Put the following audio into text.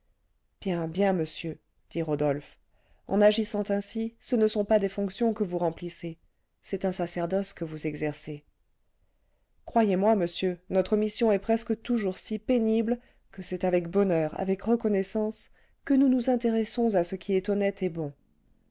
bien bien monsieur dit rodolphe en agissant ainsi ce ne sont pas des fonctions que vous remplissez c'est un sacerdoce que vous exercez croyez-moi monsieur notre mission est presque toujours si pénible que c'est avec bonheur avec reconnaissance que nous nous intéressons à ce qui est honnête et bon